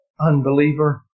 unbeliever